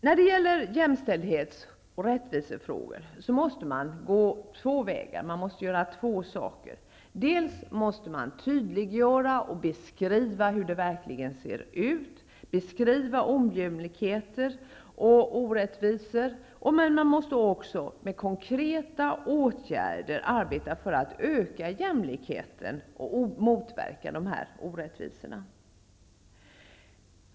När det gäller jämställdhets och rättvisefrågor måste man gå två vägar, man måste göra två saker: dels måste man förtydliga och beskriva hur det verkligen ser ut, beskriva ojämlikheter och orättvisor, dels måste man med konkreta åtgärder arbeta för att öka jämlikheten och motverka orättvisorna.